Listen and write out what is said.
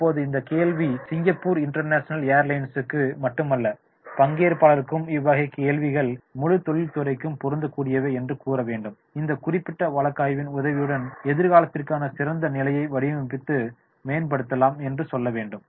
இப்போது இந்த கேள்வி சிங்கப்பூர் இன்டர்நேஷனல் ஏர்லைன்ஸுக்கு மட்டுமல்ல பங்கேற்பாளர்களுக்கு இவ்வகை கேள்விகள் முழு தொழில்துறைக்கும் பொருந்தக்கூடியவை என்று கூறவேண்டும் இந்த குறிப்பிட்ட வழக்காய்வின் உதவியுடன் எதிர்காலத்திற்கான சிறந்த நிலையை வடிவமைத்து மேன்படுத்தலாம் என்று சொல்ல வேண்டும்